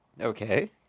Okay